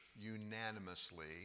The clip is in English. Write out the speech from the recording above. unanimously